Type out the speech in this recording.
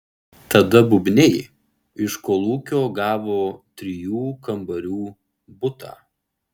tada bubniai iš kolūkio gavo trijų kambarių butą